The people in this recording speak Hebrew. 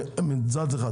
מצד אחד.